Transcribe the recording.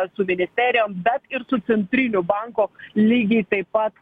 su ministerijom bet ir su centriniu banku lygiai taip pat